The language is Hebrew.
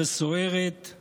וסוערת